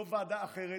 לא ועדה אחרת,